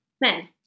Men